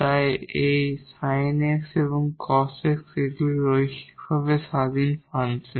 তাই এই sinx এবং cos x এগুলি লিনিয়ারভাবে ইন্ডিপেন্ডেট ফাংশন